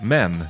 Men